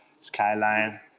skyline